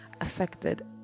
affected